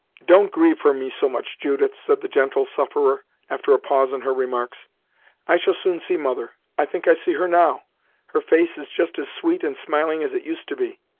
don't grieve for me so much, judith, said the gentle sufferer, after a pause in her remarks i shall soon see mother i think i see her now her face is just as sweet and smiling as it used to be!